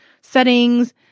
settings